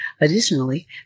Additionally